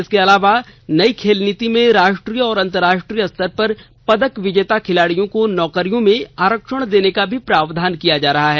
इसके अलावा नई खेल नीति में राष्ट्रीय और अंतराष्ट्रीय स्तर पर पदक विजेता खिलाड़ियों को नौकरियों में आरक्षण देने का भी प्रावधान किया जा रहा है